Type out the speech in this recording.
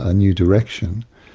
ah new direction,